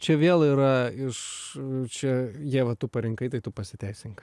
čia vėl yra iš čia ieva tu parinkai tai tu pasiteisink